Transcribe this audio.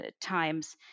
times